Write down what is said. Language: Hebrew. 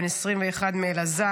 בן 21 מאלעזר,